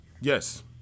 Yes